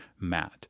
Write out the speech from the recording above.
Matt